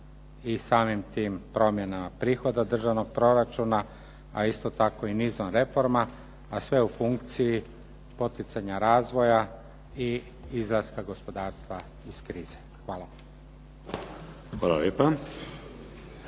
i samim tim promjenama prihoda državnog proračuna a isto tako i nizom reforma a sve u funkciji poticanja razvoja i izlaska gospodarstva iz krize. Hvala vam.